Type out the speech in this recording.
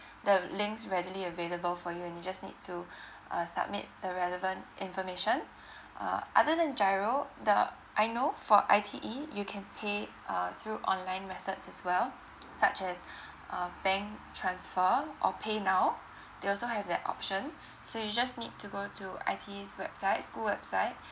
the links readily available for you and you just need to uh submit the relevant information uh other than giro the I know for I_T_E you can pay uh through online methods as well such as uh bank transfer or paynow they also have that option so you just need to go to I_T_E's websites school website